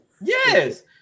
yes